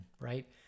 right